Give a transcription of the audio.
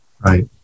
Right